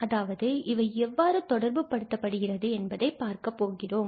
அதாவது இவை எவ்வாறு தொடர்பு படுத்தப்படுகிறது என்பதை பார்க்கப்போகிறோம்